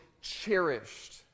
cherished